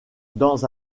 dans